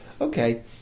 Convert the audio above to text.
Okay